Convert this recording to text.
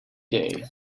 day